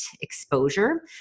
exposure